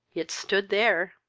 it stood there!